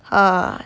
err